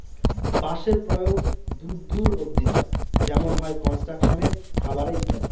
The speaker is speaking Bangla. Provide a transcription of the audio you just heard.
বাঁশের প্রয়োগ দূর দূর অব্দি হয় যেমন হয় কনস্ট্রাকশনে, খাবারে ইত্যাদি